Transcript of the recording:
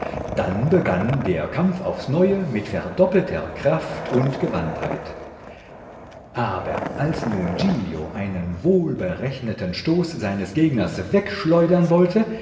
dann begann der kampf aufs neue mit verdoppelter kraft und gewandtheit aber als nun giglio einen wohlberechneten stoß seines gegners wegschleudern wollte